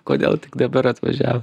kodėl tik dabar atvažiavo